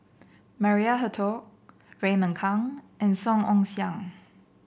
Maria Hertogh Raymond Kang and Song Ong Siang